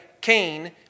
Cain